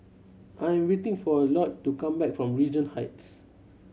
I am waiting for Lloyd to come back from Regent Heights